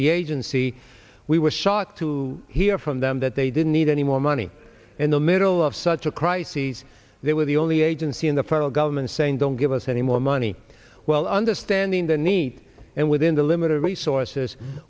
the agency we were shocked to hear from them that they didn't need any more money in the middle of such a crises they were the only agency in the federal government saying don't give us any more money while understanding the need and within the limited resources